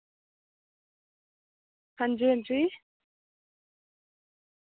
हांजी हांजी